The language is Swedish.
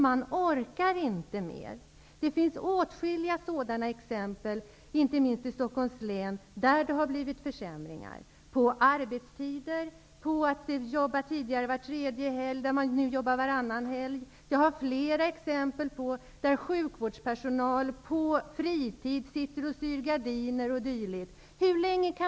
Man orkar inte mer. Det finns åtskilliga exempel, inte minst i Stockholms län, där det har blivit försämringar. Det gäller t.ex. arbetstiderna. Tidigare har man bara behövt arbeta var tredje helg. Nu måste man arbeta varannan helg. Jag har sett flera exempel på att sjukvårdspersonal sitter på fritiden och syr gardiner.